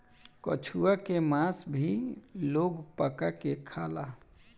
कछुआ के मास भी लोग पका के खाला